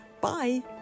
bye